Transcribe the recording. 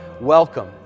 welcome